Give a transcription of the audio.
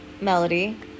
Melody